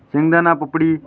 शेंगदाणा पापडी